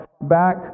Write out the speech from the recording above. back